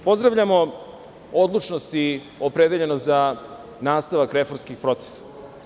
Pozdravljamo odlučnost i opredeljenost za nastavak reformskih procesa.